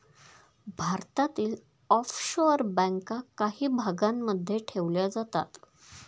भारतातील ऑफशोअर बँका काही भागांमध्ये ठेवल्या जातात